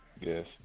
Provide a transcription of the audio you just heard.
Yes